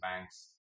bank's